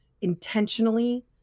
intentionally